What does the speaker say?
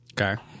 Okay